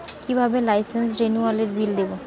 কিভাবে লাইসেন্স রেনুয়ালের বিল দেবো?